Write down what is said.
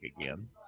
again